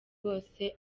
rwose